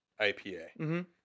ipa